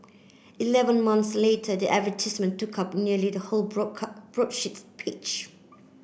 eleven months later the advertisement took up nearly the whole broadsheet page